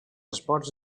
esports